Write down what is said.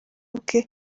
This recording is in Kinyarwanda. bwe